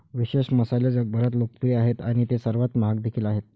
विशेष मसाले जगभरात लोकप्रिय आहेत आणि ते सर्वात महाग देखील आहेत